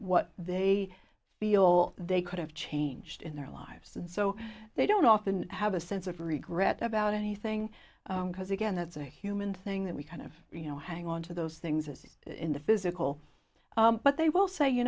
what they feel they could have changed in their lives so they don't often have a sense of regret about anything because again it's a human thing that we kind of you know hang on to those things as in the physical but they will say you